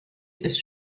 ist